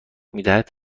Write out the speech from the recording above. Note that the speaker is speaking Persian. میدهد